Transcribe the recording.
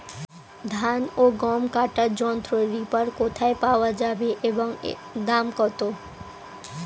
ধান ও গম কাটার যন্ত্র রিপার কোথায় পাওয়া যাবে এবং দাম কত?